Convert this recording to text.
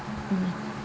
mm